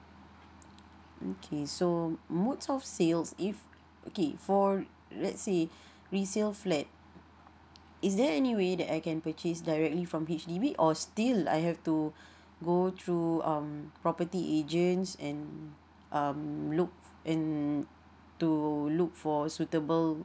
okay so mode of sales if okay for let say resale flat is there any way that I can purchase directly from H_D_B or still I have to go through um property agents and um look and to look for suitable